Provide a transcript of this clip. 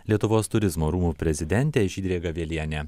lietuvos turizmo rūmų prezidentė žydrė gavelienė